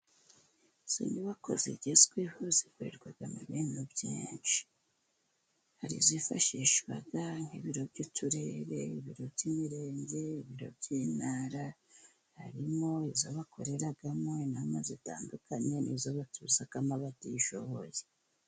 Izo nyubako zigezweho zikorerwamo ibintu byinshi, hari izifashishwa nk'ibiro by'uturere, ibiro by'imireng,e ibiro by'intara. Harimo izikorerwamo inama zitandukanye, nizo batuzamo abatishoboye.